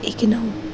એક નવું